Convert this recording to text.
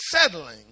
settling